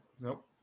Nope